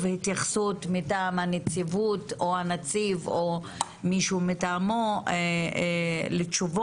התייחסות מטעם הנציבות או הנציב או מישהו מטעמו לתשובות,